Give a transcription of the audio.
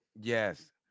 Yes